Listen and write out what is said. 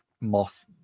moth